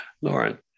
Lauren